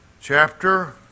chapter